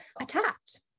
attacked